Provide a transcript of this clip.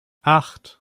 acht